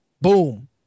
boom